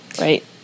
right